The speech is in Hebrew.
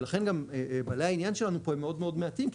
ולכן בעלי העניין שלנו פה הם מאוד מאוד מעטים,